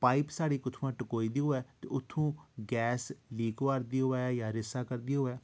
pipe साढ़ी कुत्थुआं टकोई दी होऐ ते उत्थूं गैस लीक होआ करदी होऐ जां रिसै करदी होऐ